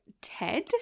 Ted